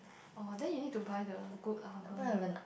orh then you need to buy the good oven